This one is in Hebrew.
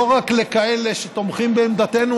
לא רק לכאלה שתומכים בעמדתנו,